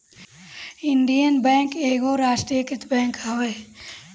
Indian bank एगो राष्ट्रीयकृत bank हवे